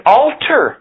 alter